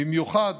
במיוחד